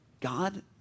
God